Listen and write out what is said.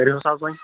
کٔرِو سا حظ وۅنۍ